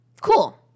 Cool